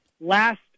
last